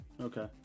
Okay